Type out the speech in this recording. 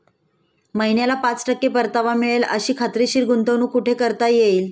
महिन्याला पाच टक्के परतावा मिळेल अशी खात्रीशीर गुंतवणूक कुठे करता येईल?